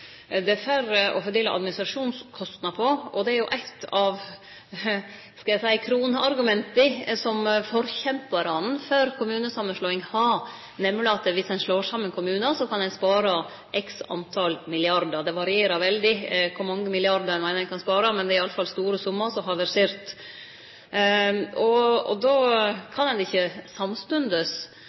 det er færre å fordele administrasjonskostnaden på, og det er jo eit av kronargumenta som forkjemparane for kommunesamanslåing har, nemleg at dersom ein slår saman kommunar, kan ein spare x tal milliardar. Det varierer veldig kor mange milliardar ein meiner ein kan spare, men det er iallfall store summar som har versert. Då kan ein ikkje samstundes